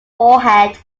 morehead